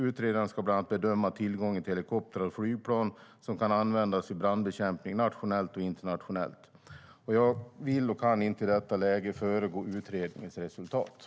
Utredaren ska bland annat bedöma tillgången till helikoptrar och flygplan som kan användas vid brandbekämpning nationellt och internationellt. Jag vill inte i detta läge föregå utredningens resultat.